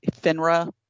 FINRA